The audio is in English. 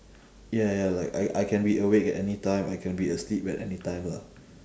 ya ya like I I can be awake at anytime I can be asleep at anytime lah